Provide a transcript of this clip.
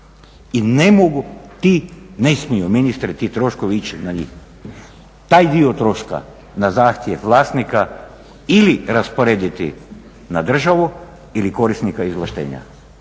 I ne mogu ti, ne smiju ministre ti troškovi ići na njih. Taj dio troška na zahtjev vlasnika ili rasporediti na državu ili korisnika izvlaštenja